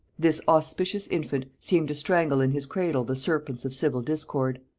this auspicious infant seemed to strangle in his cradle the serpents of civil discord.